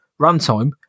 runtime